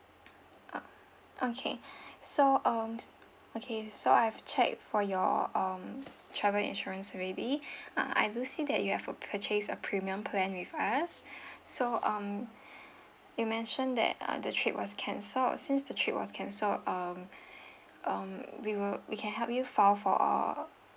ah okay so um okay so I've checked for your um travel insurance already I do see that you have uh purchased a premium plan with us so um you mentioned that the trip was cancelled since the trip was cancelled um um we will we can help you file for a